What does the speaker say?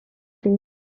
plîs